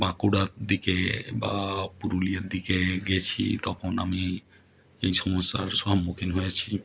বাঁকুড়ার দিকে বা পুরুলিয়ার দিকে গিয়েছি তখন আমি এই সমস্যার সম্মুখীন হয়েছি